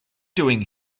doing